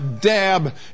dab